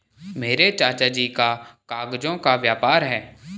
मेरे चाचा जी का कागजों का व्यापार है